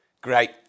great